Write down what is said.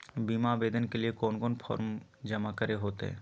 बीमा आवेदन के लिए कोन कोन फॉर्म जमा करें होते